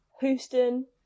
Houston